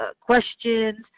questions